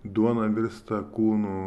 duona virsta kūnu